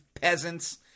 peasants